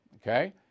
okay